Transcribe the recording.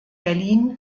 berlin